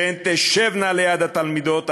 שהן תשבנה ליד התלמידות האשכנזיות.